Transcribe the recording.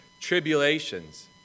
tribulations